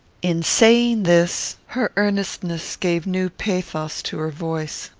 in saying this, her earnestness gave new pathos to her voice.